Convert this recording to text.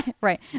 right